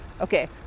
okay